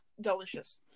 delicious